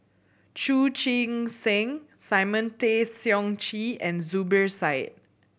Chu Chee Seng Simon Tay Seong Chee and Zubir Said